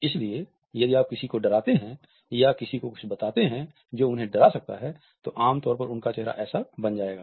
इसलिए यदि आप किसी को डराते हैं या किसी को कुछ बताते हैं जो उन्हें डरा सकता है तो आमतौर पर उनका चेहरा ऐसा बन जायेगा